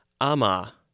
AMA